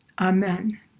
amen